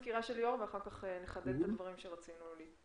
נמשיך עם הסקירה של ליאור ואחר כך נחדד את הדברים שרצינו להדגיש.